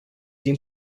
din